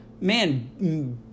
man